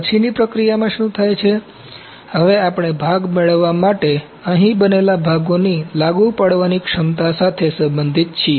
પછીની પ્રક્રિયામાં શું થાય છે હવે આપણે ભાગ મેળવવા માટે અહીં બનેલા ભાગોની લાગુ પડવાની ક્ષમતા સાથે સંબંધિત છીએ